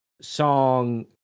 song